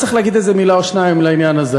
צריך להגיד איזה מילה או שתיים לעניין הזה.